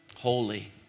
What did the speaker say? Holy